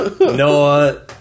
Noah